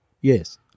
Yes